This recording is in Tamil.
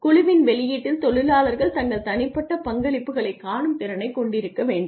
குழுவின் வெளியீட்டில் தொழிலாளர்கள் தங்கள் தனிப்பட்ட பங்களிப்புகளைக் காணும் திறனை கொண்டிருக்க வேண்டும்